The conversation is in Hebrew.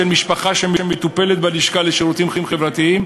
משפחה שמטופלת בלשכה לשירותים חברתיים,